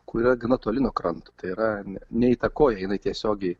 kuri gana toli nuo kranto tai yra ne neįtakoja jinai tiesiogiai